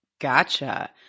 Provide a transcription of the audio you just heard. Gotcha